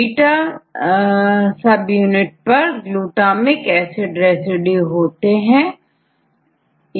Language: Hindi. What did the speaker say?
बीटा सब यूनिट पर ग्लूटामिक एसिड रेसिड्यू होते हैं